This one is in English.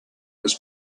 was